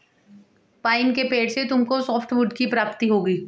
pine के पेड़ से तुमको सॉफ्टवुड की प्राप्ति होगी